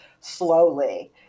slowly